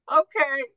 okay